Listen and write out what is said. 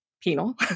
penal